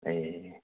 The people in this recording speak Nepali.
ए